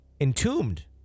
Entombed